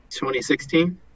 2016